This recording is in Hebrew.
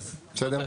בסדר?